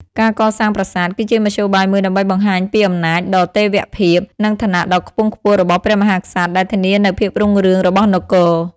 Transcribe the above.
ការកសាងប្រាសាទ គឺជាមធ្យោបាយមួយដើម្បីបង្ហាញពីអំណាចដ៏ទេវភាព និងឋានៈដ៏ខ្ពង់ខ្ពស់របស់ព្រះមហាក្សត្រ ដែលធានានូវភាពរុងរឿងរបស់នគរ។